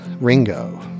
ringo